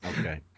Okay